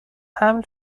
حمل